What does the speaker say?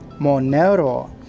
Monero